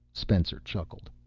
spencer chuckled.